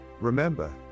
Remember